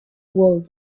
would